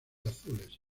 azules